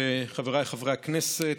חבריי חברי הכנסת,